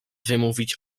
wymówić